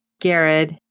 Garrett